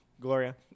Gloria